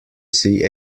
see